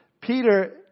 Peter